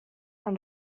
fan